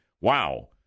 wow